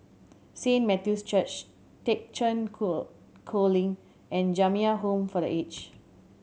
Saint Matthew's Church Thekchen Cho Choling and Jamiyah Home for The Aged